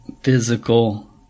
physical